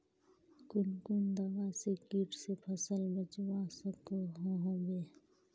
कुन कुन दवा से किट से फसल बचवा सकोहो होबे?